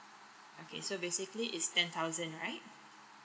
okay so basically is ten thousand right